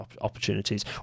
opportunities